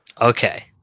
Okay